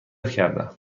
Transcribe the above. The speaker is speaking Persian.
کردهام